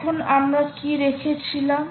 এখন আমরা কী রেখেছিলাম